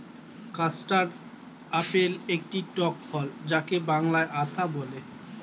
custard apple একটি টক ফল যাকে বাংলায় আতা বলে